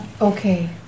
Okay